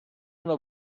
una